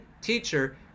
teacher